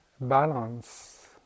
balance